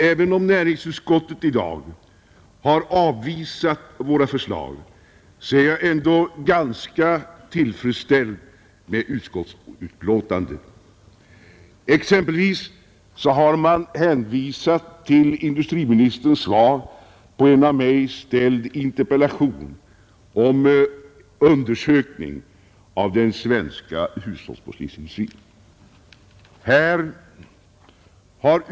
Även om näringsutskottet har avvisat våra förslag är jag ändå ganska tillfredsställd med utskottsbetänkandet. Man har exempelvis hänvisat till industriministerns svar på en av mig framställd interpellation om undersökning av den svenska hushållsporslinsindustrin.